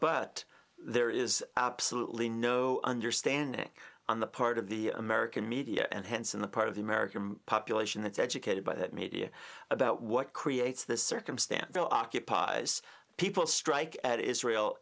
but there is absolutely no understanding on the part of the american media and hence on the part of the american population that's educated by the media about what creates this circumstance occupies people strike at israel